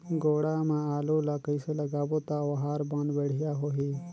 गोडा मा आलू ला कइसे लगाबो ता ओहार मान बेडिया होही?